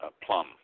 plum